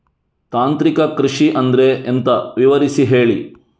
ತಾಂತ್ರಿಕ ಕೃಷಿ ಅಂದ್ರೆ ಎಂತ ವಿವರಿಸಿ ಹೇಳಿ